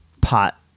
pot